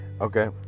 okay